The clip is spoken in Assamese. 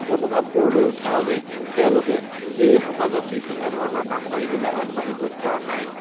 মনোভাৱ গঢ় লৈ উঠাৰ বাবেই তেওঁলোকে সেই সমাজত বিভিন্ন ধৰণৰ কাম কৰিবলৈ আগবাঢ়িব পৰা নাই